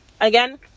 Again